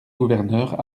gouverneur